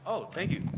oh, thank you.